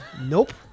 Nope